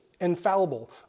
infallible